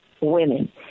women